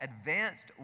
advanced